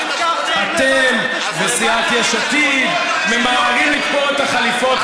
אתם וסיעת יש עתיד ממהרים לתפור את החליפות.